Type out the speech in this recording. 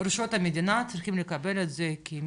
רשויות המדינה צריכות לקבל את זה כמו